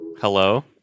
Hello